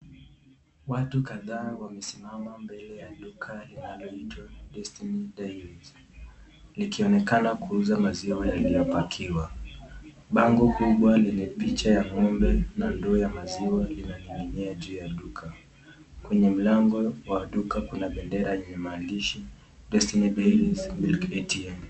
Watu kadhaa wamesimama mbele ya duka linaloitwa Destiny Dairy’s , nikionekana kuuza maziwa yaliyopakiwa, bango kubwa lenye picha ya ng’ombe na ndoo ya maziwa linaning’inia juu ya duka, kuna mlango wa duka, kuna bendera yenye maandishi Destiny Dairy’s Milk ATM .